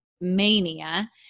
mania